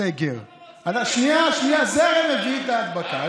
זה הרי מביא את ההדבקה.